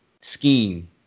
scheme